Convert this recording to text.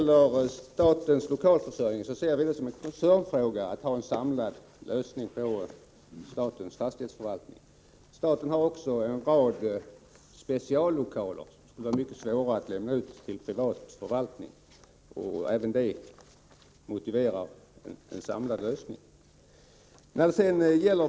Herr talman! Jag ser det som en koncernfråga att man har en samlad lösning av statens fastighetsförvaltning. Staten har dessutom en rad speciallokaler som det är mycket svårt att lämna ut till privat förvaltning, och även detta är ett motiv för en samlad lösning.